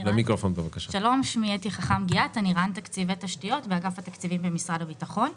אני ראש ענף תקציבי תשתיות ופרויקטים באגף התקציבים במשרד הביטחון.